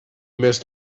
missed